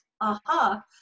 aha